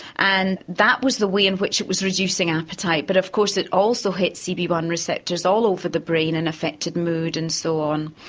and that was the way in which it was reducing appetite. but of course, it also hits c b one receptors all over the brain and affected mood and so on.